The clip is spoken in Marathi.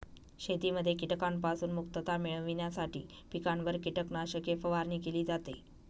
शेतीमध्ये कीटकांपासून मुक्तता मिळविण्यासाठी पिकांवर कीटकनाशके फवारणी केली जाते